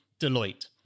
Deloitte